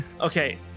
Okay